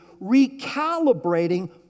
recalibrating